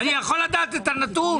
אני יכול לדעת את הנתון?